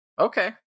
Okay